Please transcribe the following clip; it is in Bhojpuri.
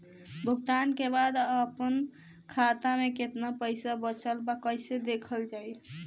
भुगतान के बाद आपन खाता में केतना पैसा बचल ब कइसे देखल जाइ?